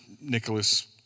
Nicholas